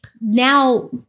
now